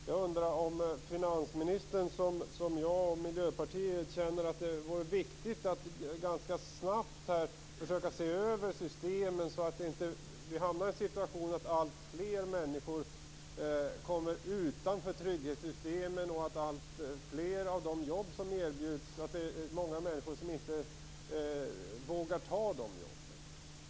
Jag undrar om finansministern känner som jag och Miljöpartiet att det är viktigt att snabbt försöka se över systemen, så att inte alltfler hamnar utanför trygghetssystemen och att många människor inte vågar ta de jobb som erbjuds.